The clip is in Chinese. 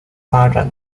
发展